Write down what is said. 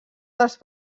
dels